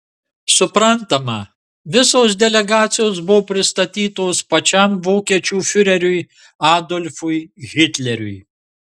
suprantama visos delegacijos buvo pristatytos pačiam vokiečių fiureriui adolfui hitleriui